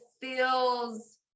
feels